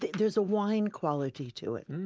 there's a wine quality to it,